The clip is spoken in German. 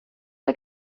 der